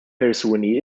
persuni